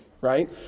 right